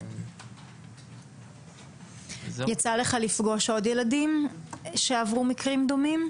האם יצא לך לפגוש עוד ילדים שעברו מקרים דומים?